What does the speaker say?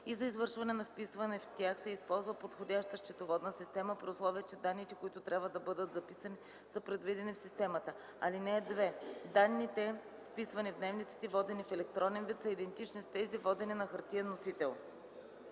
и за извършване на вписване в тях се използва подходяща счетоводна система, при условие че данните, които трябва да бъдат записани, са предвидени в системата. (2) Данните, вписвани в дневниците, водени в електронен вид, са идентични с тези, водени на хартиен носител.”